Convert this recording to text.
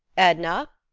edna!